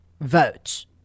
votes